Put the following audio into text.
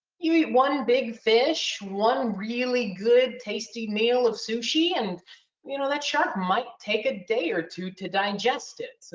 you eat one big fish, one really good tasty meal of sushi. and you know that shark might take a day or two to digest it. so